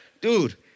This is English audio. Dude